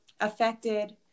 affected